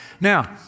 Now